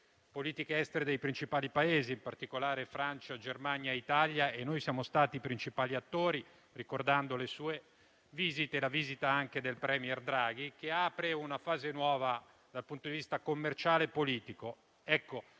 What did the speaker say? politiche estere dei principali Paesi, in particolare Francia, Germania e Italia). Siamo stati i principali attori e ricordo le sue visite, ministro Di Maio, e quella del *premier* Draghi, che apre una fase nuova dal punto di vista commerciale e politico.